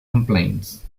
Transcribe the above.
complaints